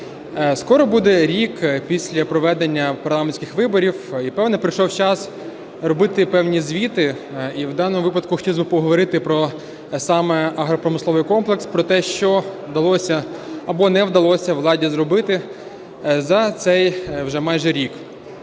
Скоро буде рік після проведення парламентських виборів, і, певно, прийшов час робити певні звіти. І в даному випадку хотілося б поговорити про саме агропромисловий комплекс, про те, що вдалося або не вдалося владі зробити за цей вже майже рік.